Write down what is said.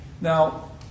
Now